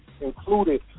included